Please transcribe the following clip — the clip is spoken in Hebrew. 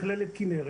מכללת כנרת